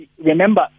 Remember